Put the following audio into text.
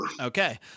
Okay